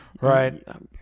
Right